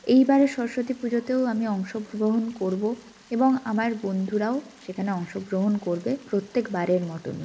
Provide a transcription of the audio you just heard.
এই বারের সরস্বতী পুজোতেও আমি অংশগ্রহণ করব এবং আমার বন্ধুরাও সেখানে অংশগ্রহণ করবে প্রত্যেক বারের মতনই